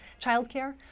childcare